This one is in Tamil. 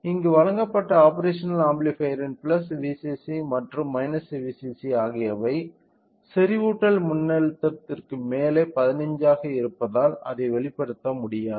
இங்கு வழங்கப்பட்ட ஆப்பேரஷனல் ஆம்பிளிபையர்யின் Vcc மற்றும் Vcc ஆகியவை செறிவூட்டல் மின்னழுத்தத்திற்கு மேலே 15 ஆக இருப்பதால் அதை வெளிப்படுத்த முடியாது